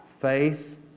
faith